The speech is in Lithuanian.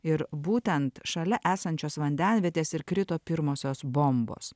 ir būtent šalia esančios vandenvietės ir krito pirmosios bombos